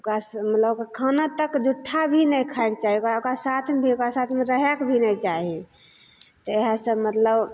ओकरासे मतलब खाना तक जुट्ठा भी नहि खाइके चाही ओकरा ओकरा साथमे भी ओकरा साथमे रहैके भी नहि चाही इएहसब मतलब